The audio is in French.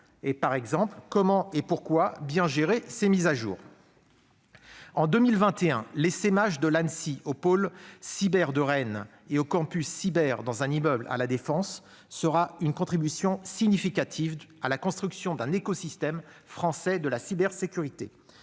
par exemple pourquoi et comment bien gérer ses mises à jour. En 2021, l'essaimage de l'Anssi au pôle cyber de Rennes et au campus cyber d'un immeuble de La Défense sera une contribution significative à la construction d'un écosystème français de la cybersécurité.